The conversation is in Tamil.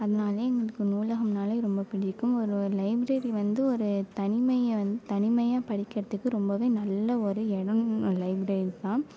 அதனாலே எங்களுக்கு நூலகம்னாலே ரொம்ப பிடிக்கும் ஒரு ஒரு லைப்ரரி வந்து ஒரு தனிமையை வந் தனிமையாக படிக்கிறத்துக்கு ரொம்பவே நல்ல ஒரு இடம் லைப்ரரி தான்